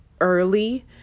early